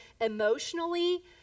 emotionally